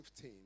15